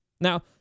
Now